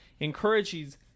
encourages